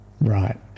Right